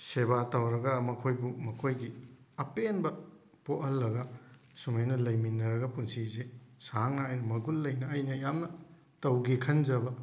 ꯁꯦꯕꯥ ꯇꯧꯔꯒ ꯃꯈꯣꯏꯕꯨ ꯃꯈꯣꯏꯒꯤ ꯑꯄꯦꯟꯕ ꯄꯣꯛꯍꯜꯂꯒ ꯁꯨꯝꯃꯥꯏꯅ ꯂꯩꯃꯤꯟꯅꯔꯒ ꯄꯨꯟꯁꯤꯁꯦ ꯁꯥꯡꯅ ꯑꯩꯅ ꯃꯒꯨꯟ ꯂꯩꯅ ꯑꯩꯅ ꯌꯥꯝꯅ ꯇꯧꯒꯦ ꯈꯟꯖꯕ